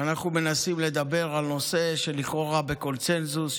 ואנחנו מנסים לדבר על נושא שלכאורה בקונסנזוס,